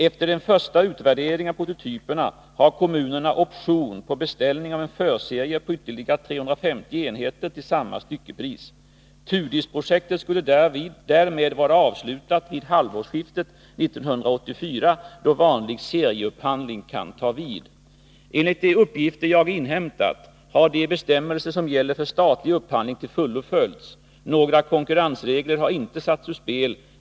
Efter en första utvärdering av prototyperna har kommunerna option på beställning av en förserie på ytterligare 350 enheter till samma styckepris. TUDIS-projektet skulle därmed vara avslutat vid halvårsskiftet 1984, då vanlig serieupphandling kan ta vid. Enligt de uppgifter jag inhämtat har de bestämmelser som gäller för statlig upphandling till fullo följts. Några konkurrensregler har inte satts ur spel.